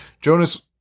jonas